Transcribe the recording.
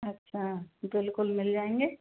अच्छा बिल्कुल मिल जाएंगे